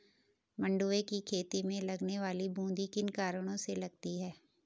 मंडुवे की खेती में लगने वाली बूंदी किन कारणों से लगती है?